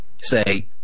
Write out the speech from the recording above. say